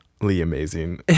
amazing